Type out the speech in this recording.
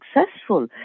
successful